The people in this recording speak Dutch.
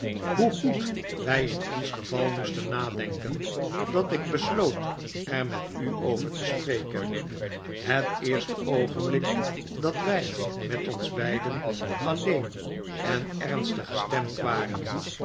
hoe goed wy in ons geval moesten nadenken dat ik besloot er met u over te spreken het eerste oogenblik dat wy met ons beiden alleen en ernstig gestemd waren